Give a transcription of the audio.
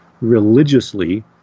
religiously